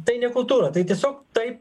tai ne kultūra tai tiesiog taip